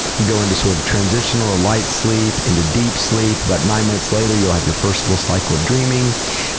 you go into sort of a transitional or light sleep, into deep sleep. about ninety minutes later you'll have your first little cycle of dreaming,